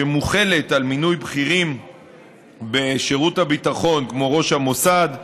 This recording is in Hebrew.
שמוחלת על מינוי בכירים בשירות הביטחון כמו ראש המוסד,